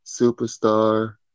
superstar